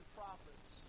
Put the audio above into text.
prophets